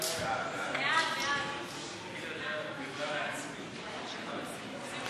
הצעת ועדת הכלכלה בדבר פיצול הצעת חוק התוכנית הכלכלית (תיקוני